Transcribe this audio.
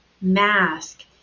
mask